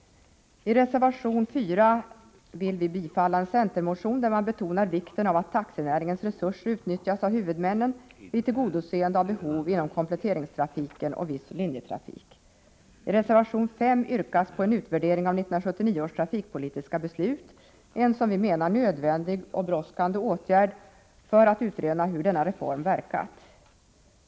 I reservation 4 vill vi bifalla en centermotion, där man betonar vikten av att taxinäringens resurser utnyttjas av huvudmännen vid tillgodoseende av behov inom kompletteringstrafiken och viss linjetrafik. I reservation 5 yrkas på en utvärdering av 1979 års trafikpolitiska beslut, en som vi menar nödvändig och brådskande åtgärd för att utröna hur denna reform har verkat.